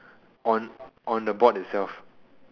on on the board it'self